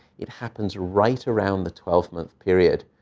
it happens right around the twelve month period,